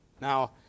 Now